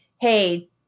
Hey